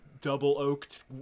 double-oaked